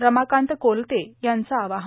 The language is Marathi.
रमाकांत कोलते यांचं आवाहन